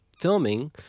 filming